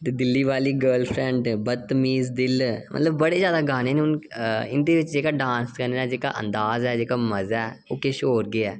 ते दिल्ली वाली गर्लफ्रैंडस बदतमीज दिल मतलब बड़े ज्यादा गाने न हून इंदे बिच जेह्का डांस करने दा जेह्का अंदाज ऐ जेह्का मजा ऐ ओह् किश होर गै ऐ